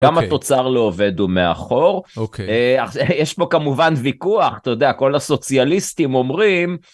גם התוצר לא עובד ומאחור. אוקיי. יש פה כמובן ויכוח, אתה יודע, כל הסוציאליסטים אומרים...